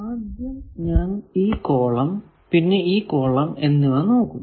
ആദ്യം ഞാൻ ഈ കോളം പിന്നെ ഈ കോളം എന്നിവ നോക്കുന്നു